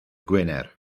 gwener